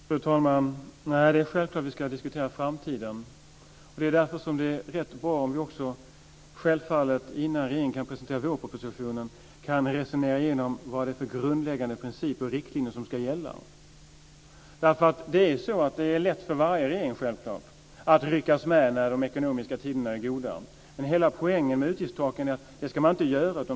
Fru talman! Det är självklart att vi ska diskutera framtiden. Det är därför som det är rätt bra om vi också innan regeringen presenterar vårpropositionen kan resonera igenom vad det är för grundläggande principer och riktlinjer som ska gälla. Det är självklart lätt för varje regering att ryckas med när de ekonomiska tiderna är goda, men hela poängen med utgiftstaken är att man inte ska göra det.